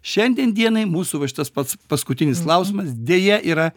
šiandien dienai mūsų va šitas pats paskutinis klausimas deja yra